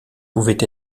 pouvaient